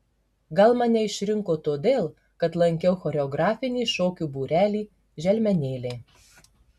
gal mane išrinko todėl kad lankiau choreografinį šokių būrelį želmenėliai